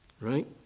Right